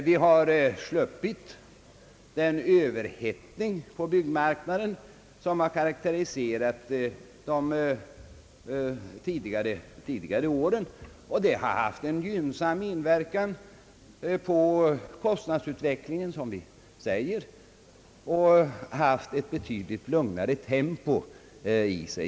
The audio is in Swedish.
Vi har sluppit den överhettning på byggmarknaden, som har karakteriserat de tidigare åren, och detta har haft en gynnsam inverkan på kostnadsutvecklingen och medfört ett betydligt lugnare tempo.